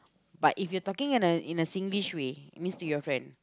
but if your talking in a in a Singlish way means to your friend